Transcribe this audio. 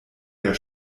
der